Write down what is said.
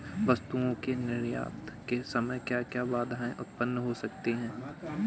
वस्तुओं के निर्यात के समय क्या क्या बाधाएं उत्पन्न हो सकती हैं?